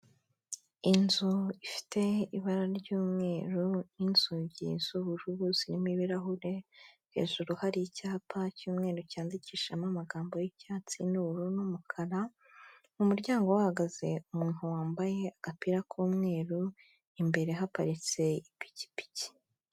Inzu ifite ibara ry'umweru n'inzugi z'ubururu zirimo ibirahure, hejuru hari icyapa cy'umweru cyandikishijemo amagambo y'icyatsi n'ubururu n'umukara, ku muryango hahagaze umuntu wambaye agapira k'umweru, imbere haparitse ipikipiki.